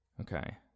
Okay